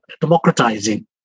democratizing